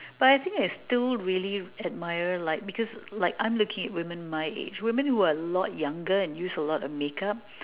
but I think I still really admire like because like I'm looking at women my age women who are a lot younger and use a lot of makeup